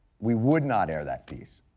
we would not air that piece.